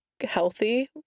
healthy